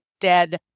dead